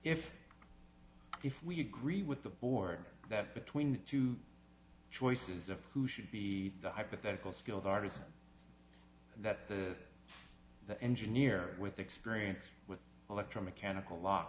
if if we agree with the board that between the two choices of who should be the hypothetical skilled artist that the engineer with experience with electro mechanical l